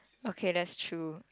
okay that's true